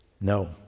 No